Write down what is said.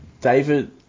David